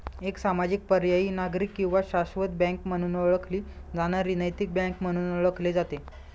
एक सामाजिक पर्यायी नागरिक किंवा शाश्वत बँक म्हणून ओळखली जाणारी नैतिक बँक म्हणून ओळखले जाते